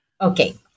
Okay